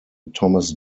thomas